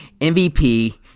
MVP